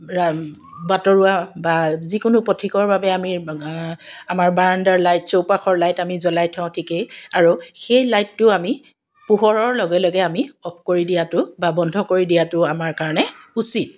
বাটৰুৱা বা যিকোনো পথিকৰ বাবে আমি আমাৰ বাৰান্দাৰ লাইট চৌপাশৰ লাইট আমি জ্বলাই থওঁ ঠিকেই আৰু সেই লাইটটো আমি পোহৰৰ লগে লগে আমি অফ কৰি দিয়াটো বা বন্ধ কৰি দিয়াটো আমাৰ কাৰণে উচিত